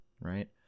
right